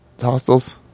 hostels